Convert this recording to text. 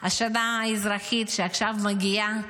השנה האזרחית שעכשיו מגיעה,